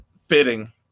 fitting